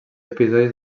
episodis